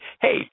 Hey